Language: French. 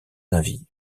navires